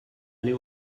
aller